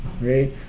Right